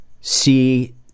see